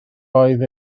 oedd